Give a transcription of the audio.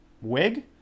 wig